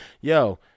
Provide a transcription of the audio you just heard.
Yo